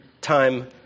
time